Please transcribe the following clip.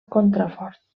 contraforts